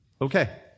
Okay